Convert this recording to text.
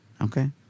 Okay